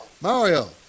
Mario